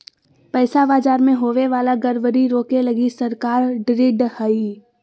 पैसा बाजार मे होवे वाला गड़बड़ी रोके लगी सरकार ढृढ़ हय